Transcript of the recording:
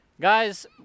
guys